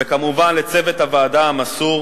וכמובן לצוות הוועדה המסור,